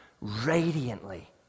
radiantly